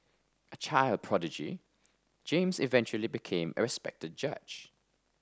a child prodigy James eventually became a respected judge